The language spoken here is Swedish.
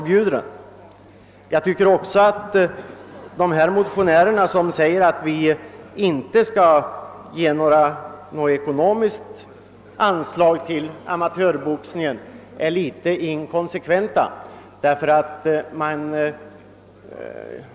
Jag tycker också att de motionärer som yrkar att vi inte skall ge något anslag till amatörboxningen är litet inkonsekventa.